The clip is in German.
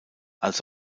als